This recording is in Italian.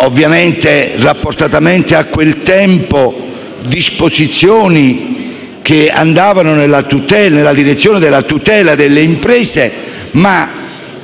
ovviamente in rapporto a quel tempo, disposizioni che andavano in direzione della tutela delle imprese. Ma